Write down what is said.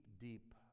deep